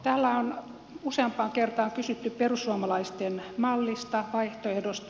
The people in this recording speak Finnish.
täällä on useampaan kertaan kysytty perussuomalaisten mallista vaihtoehdosta